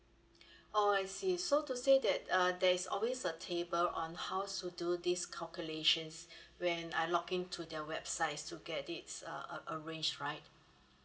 oh I see so to say that uh there is always a table on how to do this calculations when I log in to their website to get this uh ar~ arrange right